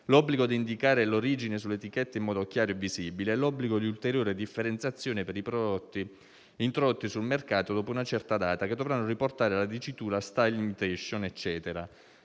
l'obbligo di indicare l'origine sull'etichetta in modo chiaro e visibile, l'obbligo di ulteriore differenziazione per i prodotti introdotti sul mercato dopo una certa data, che dovranno riportare la dicitura «*style/imitation*» e così